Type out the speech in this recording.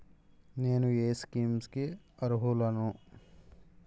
నేను ఏ స్కీమ్స్ కి అరుహులను?